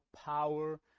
power